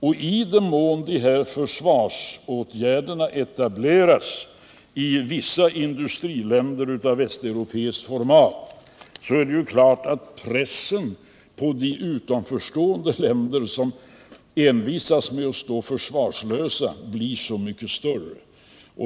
Och i den mån de här försvarsåtgärderna etableras i vissa västeuropeiska industriländer av format är det klart att pressen på de utanförstående länder som envisas med att stå försvarslösa blir så mycket större.